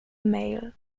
mail